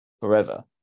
forever